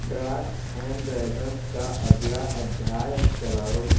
Drax and dragons का अगला अध्याय चलाओ